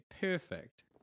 Perfect